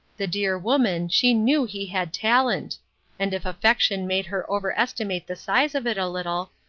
the dear woman, she knew he had talent and if affection made her over-estimate the size of it a little,